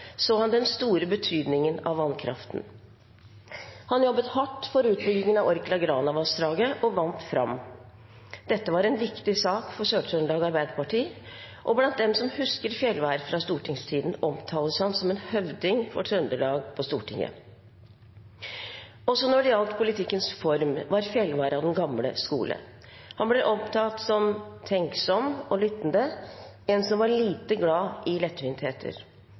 så han den store betydningen av vannkraften. Han jobbet hardt for utbyggingen av Orkla/Grana-vassdraget, og vant fram. Dette var en viktig sak for Sør-Trøndelag Arbeiderparti, og blant dem som husker Fjeldvær fra stortingstiden, omtales han som en «høvding» for Trøndelag på Stortinget. Også når det gjaldt politikkens form, var Fjeldvær av den gamle skole. Han blir omtalt som tenksom og lyttende, en som var lite glad i